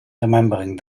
remembering